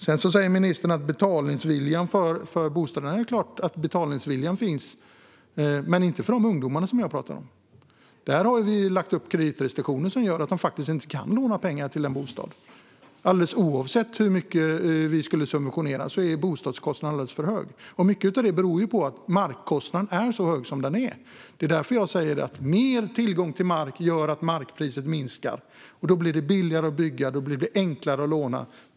Sedan talar ministern om betalningsviljan när det gäller bostäderna. Det är klart att betalningsviljan finns, men inte hos de ungdomar som jag pratar om. Där har vi lagt upp kreditrestriktioner som gör att de faktiskt inte kan låna pengar till en bostad. Alldeles oavsett hur mycket vi skulle subventionera är bostadskostnaden alldeles för hög. Mycket beror på att markkostnaden är så hög som den är. Det är därför jag säger: Mer tillgång till mark gör att markpriset minskar. Då blir det billigare att bygga. Då blir det enklare att låna.